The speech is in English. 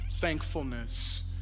thankfulness